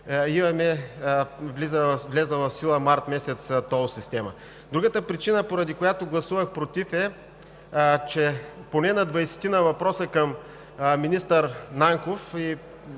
имаме влязла в сила март месец тол система. Другата причина, поради която гласувах „против“, е, че, поне на двадесетина въпроса към министър Нанков и